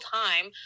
time